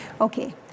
Okay